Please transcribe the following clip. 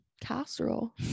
casserole